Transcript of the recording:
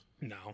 No